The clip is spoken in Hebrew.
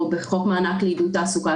או בחוק מענק לעידוד תעסוקה.